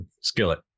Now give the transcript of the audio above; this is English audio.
skillet